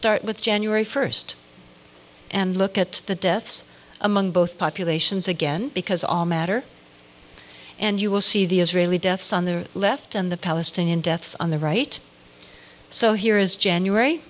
start with january first and look at the deaths among both populations again because all matter and you will see the israeli deaths on the left and the palestinian deaths on the right so here is january